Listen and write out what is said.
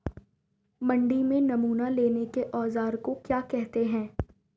मंडी में नमूना लेने के औज़ार को क्या कहते हैं?